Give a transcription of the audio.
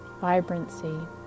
vibrancy